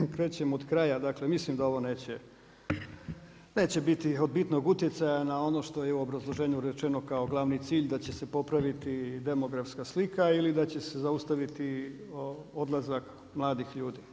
Dakle, krećem od kraja, dakle mislim da ovo neće, neće biti od bitnog utjecaja na ono što je u obrazloženju rečeno kao glavni cilj i da će se popraviti i demografska slika ili da će se zaustaviti odlazak mladih ljudi.